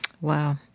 wow